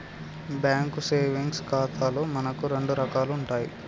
bank savings ఖాతాలు మనకు రెండు రకాలు ఉంటాయి